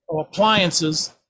appliances